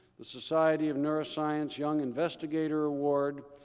the society of neuroscience young investigator award,